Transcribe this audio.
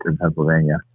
Pennsylvania